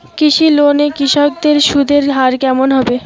কৃষি লোন এ কৃষকদের সুদের হার কেমন হবে?